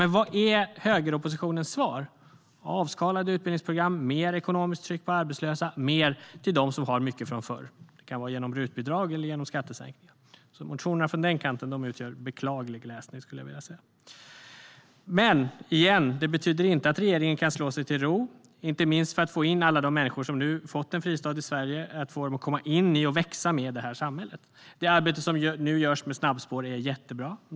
Men vad är högeroppositionens svar? Jo, avskalade utbildningsprogram, mer ekonomiskt tryck på arbetslösa och mer till dem som har mycket sedan tidigare - det kan vara genom RUT-bidrag eller genom skattesänkningar. Motionerna från den kanten utgör en beklaglig läsning, skulle jag vilja säga. Men, igen, det betyder inte att regeringen kan slå sig till ro. Inte minst gäller det att få alla de människor som nu fått en fristad i Sverige att komma in i och växa med det här samhället. Det arbete som nu görs med snabbspår är jättebra.